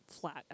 flat